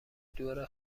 دور